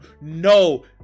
No